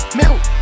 milk